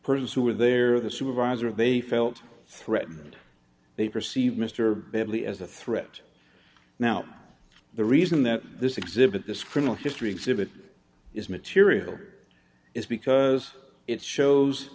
persons who were there the supervisor they felt threatened they perceived mr bradley as a threat now the reason that this exhibit this criminal history exhibit is material is because it shows